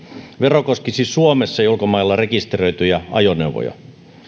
vero koskisi suomessa ja ulkomailla rekisteröityjä ajoneuvoja